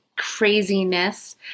Craziness